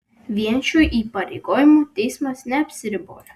vien šiuo įpareigojimu teismas neapsiribojo